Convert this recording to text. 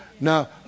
Now